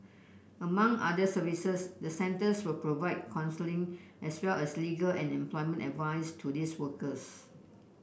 among other services the centres will provide counselling as well as legal and employment advice to these workers